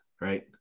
right